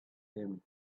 him